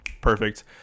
perfect